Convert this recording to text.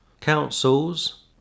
Councils